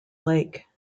lake